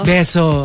Beso